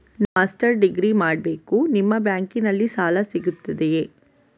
ನಾನು master degree ಮಾಡಬೇಕು, ನಿಮ್ಮ ಬ್ಯಾಂಕಲ್ಲಿ ಸಾಲ ಸಿಗುತ್ತದೆಯೇ?